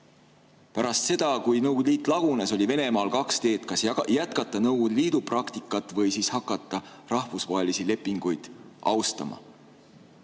Pärast seda, kui Nõukogude Liit lagunes, oli Venemaal kaks teed: kas jätkata Nõukogude Liidu praktikat või siis hakata rahvusvahelisi lepinguid austama.